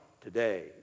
today